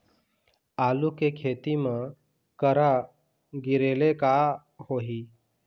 आलू के खेती म करा गिरेले का होही?